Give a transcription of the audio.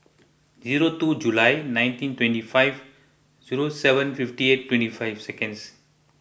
zero two July nineteen twenty five zero seven fifty eight twenty five seconds